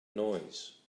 noise